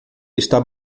está